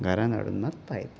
घरान हाडून मात पायता